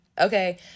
Okay